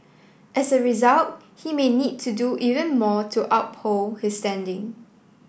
as a result he may need to do even more to uphold his standing